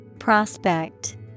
Prospect